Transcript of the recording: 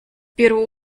первую